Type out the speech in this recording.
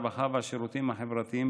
הרווחה והשירותים החברתיים,